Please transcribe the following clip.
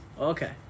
Okay